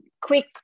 quick